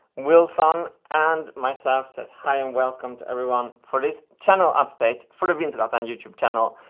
wilson and myself says hi and welcome to everyone for this channel update, for the wintergatan youtube channel.